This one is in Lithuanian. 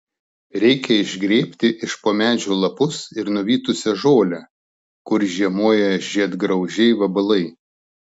reikia išgrėbti iš po medžių lapus ir nuvytusią žolę kur žiemoja žiedgraužiai vabalai